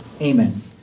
Amen